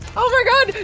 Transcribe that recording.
oh my god,